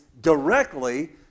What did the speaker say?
directly